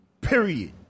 Period